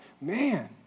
Man